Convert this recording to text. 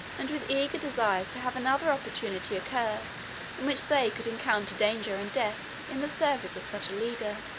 and with eager desires to have another opportunity occur in which they could encounter danger and death in the service of such a leader.